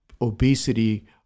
obesity